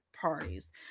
parties